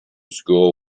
school